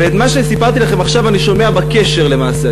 ואת מה שסיפרתי לכם עכשיו אני שומע בקשר למעשה,